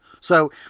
So-